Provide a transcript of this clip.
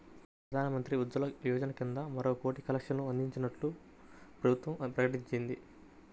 ప్రధాన్ మంత్రి ఉజ్వల యోజన కింద మరో కోటి కనెక్షన్లు అందించనున్నట్లు ప్రభుత్వం ప్రకటించింది